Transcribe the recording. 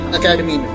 academy